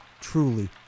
truly